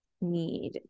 need